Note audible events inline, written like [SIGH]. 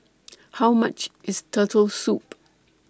[NOISE] How much IS Turtle Soup